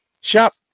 Shop